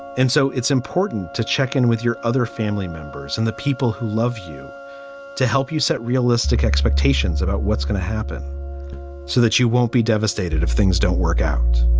and so it's important to check in with your other family members and the people who love you to help you set realistic expectations about what's going to happen so that you won't be devastated if things don't work josh,